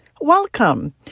Welcome